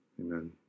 amen